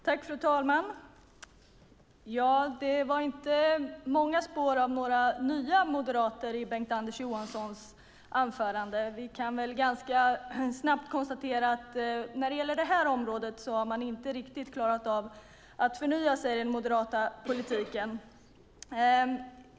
Fru talman! Det var inte många spår av nya moderater i Bengt-Anders Johanssons anförande. Vi kan ganska snabbt konstatera att när det gäller det här området har den moderata politiken inte riktigt klarat av att förnya sig.